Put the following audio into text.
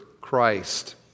Christ